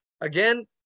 Again